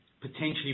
potentially